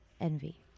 envy